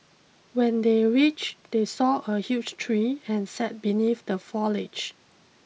when they reached they saw a huge tree and sat beneath the foliage